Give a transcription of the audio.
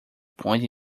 point